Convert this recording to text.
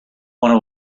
want